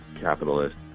capitalist